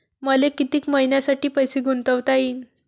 मले कितीक मईन्यासाठी पैसे गुंतवता येईन?